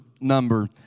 number